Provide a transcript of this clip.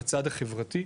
בצד החברתי.